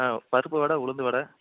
ஆ பருப்பு வடை உளுந்து வடை